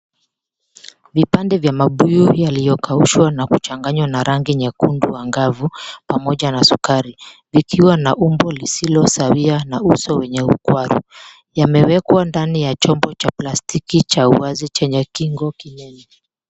Vipande vya mabuyu yaliyokaushwa na kuchanganywa na rangi nyekundu angavu pamoja na sukari, likiwa na umbo lisilosawia na uso wenye ukwaro. Yamewekwa kwenye chombo cha plastiki cha wazi chenye kingo kinono.